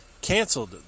canceled